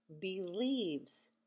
believes